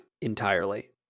entirely